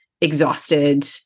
exhausted